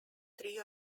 three